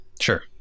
sure